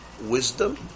wisdom